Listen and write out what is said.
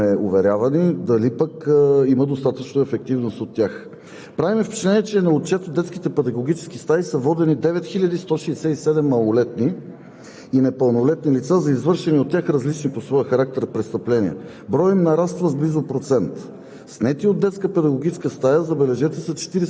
там са близо 10%. Това също е проблем, и то проблем именно на тези програми, защото трябва да знаем, ако се прилагат, както сме уверявани, дали пък има достатъчно ефективност от тях? Прави ми впечатление, че на отчет в детските педагогически стаи са водени 9167 малолетни